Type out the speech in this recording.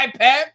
iPad